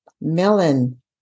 melon